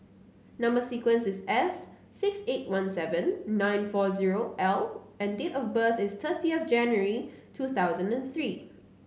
number sequence is S six eight one seven nine four zero L and date of birth is thirty of January two thousand and three